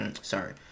sorry